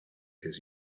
his